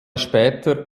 später